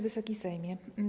Wysoki Sejmie!